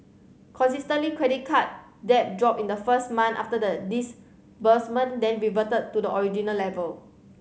consistently credit card debt dropped in the first month after the disbursement then reverted to the original level